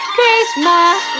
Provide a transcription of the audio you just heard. Christmas